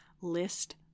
list